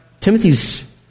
Timothy's